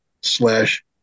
slash